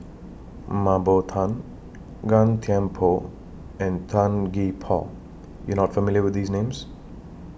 Mah Bow Tan Gan Thiam Poh and Tan Gee Paw YOU Are not familiar with These Names